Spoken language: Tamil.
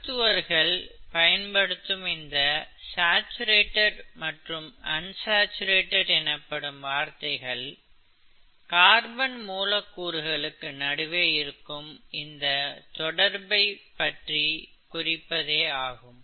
மருத்துவர்கள் பயன்படுத்தும் இந்த சாச்சுரேட்டட் மற்றும் அன்சாச்சுரேட்டட் எனப்படும் வார்த்தைகள் கார்பன் மூலக்கூறுகளுக்கு நடுவே இருக்கும் இந்தத் தொடர்பைப் குறிப்பதே ஆகும்